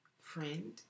friend